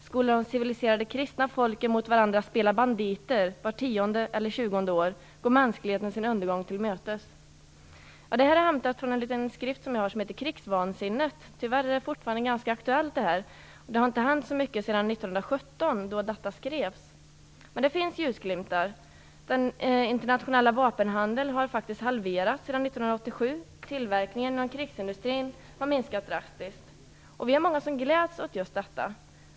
Skola de civiliserad kristna folken mot varandra spela banditer vart tionde eller tjugonde år, går mänskligheten sin undergång till mötes." Detta är hämtat från en liten skrift jag har som heter Krigsvansinnet. Tyvärr är detta fortfarande aktuellt. Det har inte hänt så mycket sedan 1917 då detta skrevs. Men det finns ljusglimtar. Den internationella vapenhandeln har faktiskt halverats sedan 1987. Tillverkningen inom krigsindustrin har minskat drastiskt. Vi är många som gläds åt det.